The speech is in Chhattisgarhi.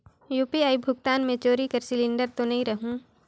यू.पी.आई भुगतान मे चोरी कर सिलिंडर तो नइ रहु?